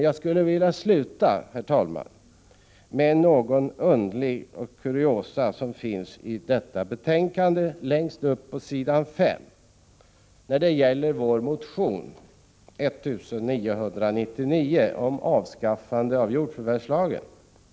Jag skulle vilja sluta, herr talman, med att påpeka det kuriösa i detta betänkande högst upp på s. 5 när det gäller vår motion 1984/85:1999 om avskaffande av jordförvärvslagen. Man säger så här: Prot.